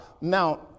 Now